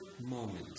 moment